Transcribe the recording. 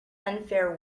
unfair